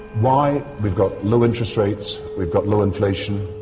why? we've got low interest rates, we've got low inflation,